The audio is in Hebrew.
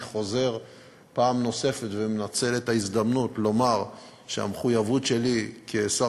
אני חוזר פעם נוספת ומנצל את ההזדמנות לומר שהמחויבות שלי כשר